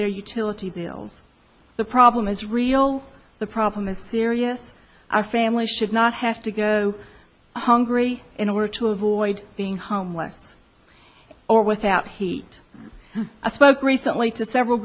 their utility bills the problem is real the problem is serious our family should not have to go hungry in order to avoid being homeless or without heat a spoke recently to several